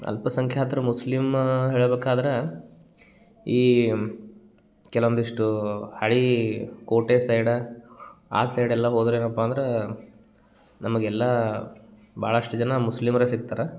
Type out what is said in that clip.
ಅಲ್ಪಸಂಖ್ಯಾತ್ರು ಮುಸ್ಲಿಮ ಹೇಳ್ಬಕಾದ್ರ ಈ ಕೆಲವೊಂದಿಷ್ಟು ಹಳೀ ಕೋಟೆ ಸೈಡ ಆ ಸೈಡೆಲ್ಲ ಹೋದರೆ ಏನಪ್ಪ ಅಂದ್ರೆ ನಮ್ಗೆ ಎಲ್ಲಾ ಭಾಳಷ್ಟು ಜನ ಮುಸ್ಲಿಮರೆ ಸಿಗ್ತಾರೆ